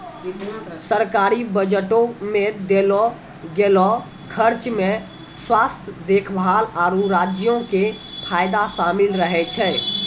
सरकारी बजटो मे देलो गेलो खर्चा मे स्वास्थ्य देखभाल, आरु राज्यो के फायदा शामिल रहै छै